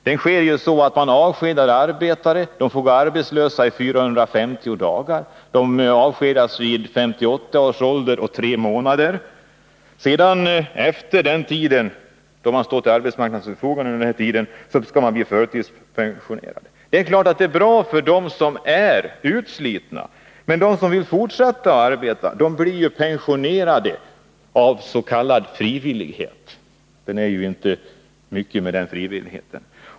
Det går till på så sätt att man avskedar arbetarna när de har nått en ålder av 58 år och 3 månader. De måste sedan gå arbetslösa i 450 dagar. Efter denna tid, då de har stått till arbetsmarknadens förfogande, blir de förtidspensionerade. Det är klart att det är bra för dem som är utslitna, men även de som vill fortsätta att arbeta blir pensionerade av ”frivillighet” — det är ju inte mycket med denna frivillighet.